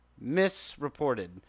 misreported